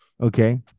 Okay